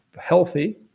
healthy